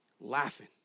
Laughing